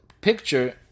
picture